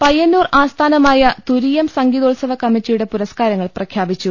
പയ്യന്നൂർ ആസ്ഥാനമായ തുരീയം സംഗീതോത്സവ കമ്മറ്റിയുടെ പുരസ്കാരങ്ങൾ പ്രഖ്യാപിച്ചു